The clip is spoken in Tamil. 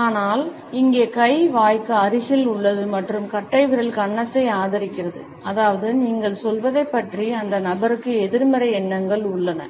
ஆனால் இங்கே கை வாய்க்கு அருகில் உள்ளது மற்றும் கட்டைவிரல் கன்னத்தை ஆதரிக்கிறது அதாவது நீங்கள் சொல்வதைப் பற்றி அந்த நபருக்கு எதிர்மறை எண்ணங்கள் உள்ளன